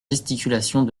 gesticulations